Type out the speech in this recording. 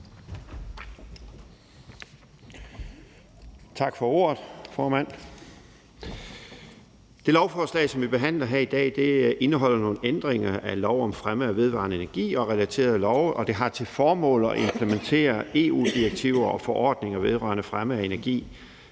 Tak for ordet, formand. Det lovforslag, som vi behandler her i dag, indeholder nogle ændringer af lov om fremme af vedvarende energi og relaterede love, og det har til formål at implementere EU-direktiver og -forordninger vedrørende fremme af energi